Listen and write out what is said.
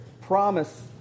promise